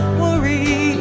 worry